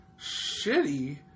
shitty